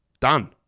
Done